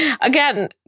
again